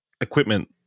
equipment